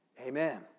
Amen